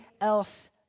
else